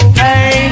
hey